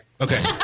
okay